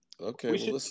Okay